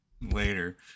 later